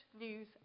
news